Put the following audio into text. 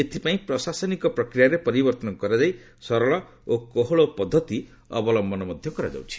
ଏଥିପାଇଁ ପ୍ରଶାସନିକ ପ୍ରକ୍ରିୟାରେ ପରିବର୍ତ୍ତନ କରାଯାଇ ସରଳ ଓ କୋହଳ ପଦ୍ଧତି ଅବଲମ୍ବନ କରାଯାଉଛି